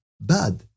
bad